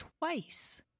Twice